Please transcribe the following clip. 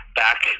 back